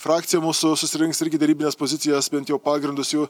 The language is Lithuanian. frakcija mūsų susirinks irgi derybines pozicijas bent jau pagrindus jų